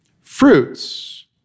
Fruits